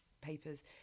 papers